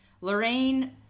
Lorraine